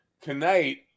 tonight